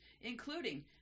including